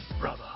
Brother